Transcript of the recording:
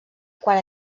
quan